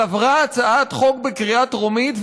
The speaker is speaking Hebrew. אבל עברה הצעת חוק בקריאה טרומית,